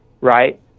right